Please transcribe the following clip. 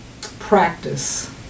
practice